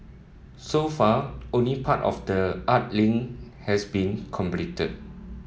so far only part of the art link has been completed